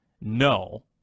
no